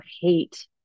hate